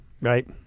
Right